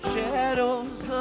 Shadows